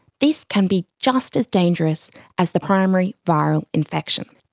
this can be just as dangerous as the primary viral infection,